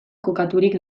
kokaturik